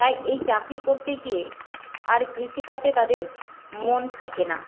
তাই এই চাকরি করতে গিয়ে আর কৃষিকাজে তাদের মন থাকে না